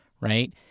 right